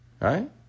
right